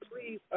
please